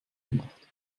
gemacht